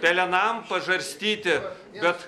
pelenam pažarstyti bet